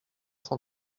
cent